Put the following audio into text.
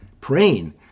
praying